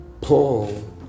paul